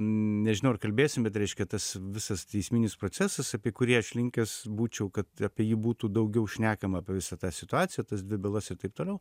nežinau ar kalbėsim bet reiškia tas visas teisminis procesas apie kurį aš linkęs būčiau kad apie jį būtų daugiau šnekama apie visą tą situaciją tas dvi bylas ir taip toliau